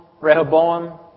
Rehoboam